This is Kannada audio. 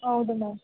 ಹೌದು ಮ್ಯಾಮ್